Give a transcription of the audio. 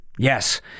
Yes